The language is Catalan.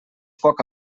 foc